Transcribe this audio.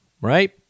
right